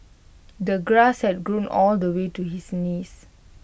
the grass had grown all the way to his knees